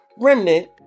remnant